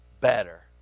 better